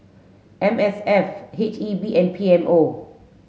M S F H E B and P M O